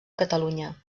catalunya